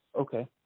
okay